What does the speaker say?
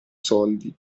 soldi